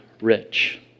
rich